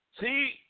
See